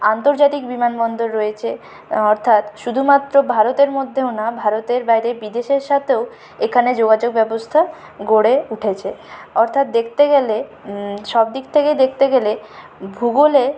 আন্তর্জাতিক বিমানবন্দর রয়েছে অর্থাৎ শুধুমাত্র ভারতের মধ্যেও না ভারতের বাইরে বিদেশের সাথেও এখানে যোগাযোগ ব্যবস্থা গড়ে উঠেছে অর্থাৎ দেখতে গেলে সব দিক থেকেই দেখতে গেলে ভূগোলে